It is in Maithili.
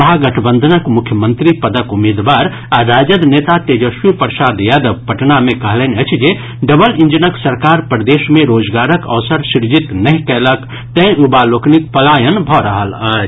महागठबंधनक मुख्यमंत्री पदक उम्मीदवार आ राजद नेता तेजस्वी प्रसाद यादव पटना मे कहलनि अछि जे डबल इंजनक सरकार प्रदेश मे रोजगारक अवसर सृजित नहि कयलक तैं युवा लोकनिक पलायन भऽ रहल अछि